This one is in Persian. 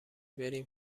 بریم